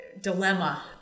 dilemma